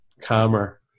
Calmer